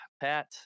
Pat